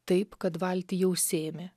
taip kad valtį jau sėmė